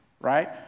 right